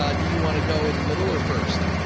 ah do you want to go in the middle or first?